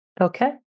Okay